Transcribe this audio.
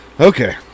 Okay